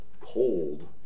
cold